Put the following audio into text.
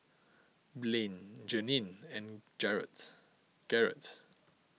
Blaine Janine and Garett Garett